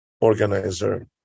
organizer